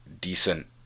decent